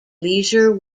leisure